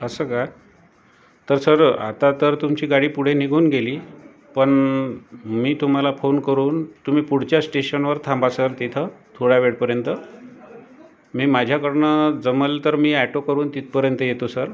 अस्स का तर सर आता तर तुमची गाडी पुढे निघून गेली पण मी तुम्हाला फोन करून तुम्ही पुढच्या स्टेशनवर थांबा सर तिथं थोडावेळ पर्यंत मी माझ्याकडनं जमलं तर मी अॅटो करून तिथपर्यंत येतो सर